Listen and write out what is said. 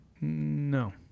No